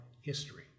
history